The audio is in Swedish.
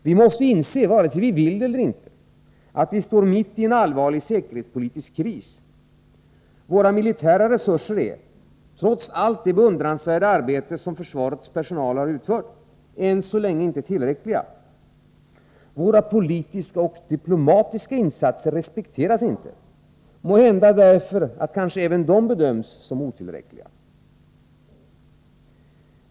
Vi måste inse, vare sig vi vill eller inte, att vi står mitt i en allvarlig säkerhetspolitisk kris. Våra militära resurser är — trots beundransvärda insatser av försvarets personal — ännu så länge otillräckliga. Våra politiska och diplomatiska insatser respekteras inte, måhända därför att även de bedöms som otillräckliga.